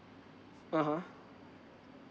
(uh huh)